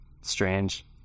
strange